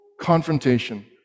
confrontation